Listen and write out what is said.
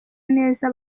neza